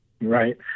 right